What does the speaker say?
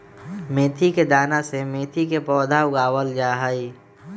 मेथी के दाना से मेथी के पौधा उगावल जाहई